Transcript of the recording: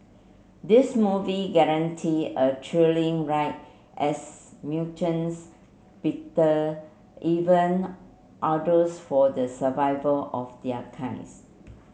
this movie guarantee a thrilling ride as mutants even others for the survival of their kinds